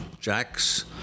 Jack's